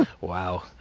Wow